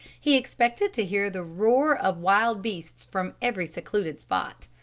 he expected to hear the roar of wild beasts from every secluded spot.